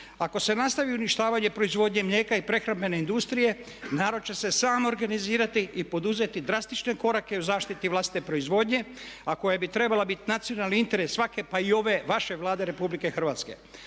Ako se nastavi uništavanje proizvodnje mlijeka i prehrambene industrije narod će se sam organizirati i poduzeti drastične korake u zaštiti vlastite proizvodnje a koja bi trebala biti nacionalni interes svake pa i ove vaše Vlade Republike Hrvatske.